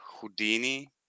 Houdini